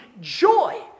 joy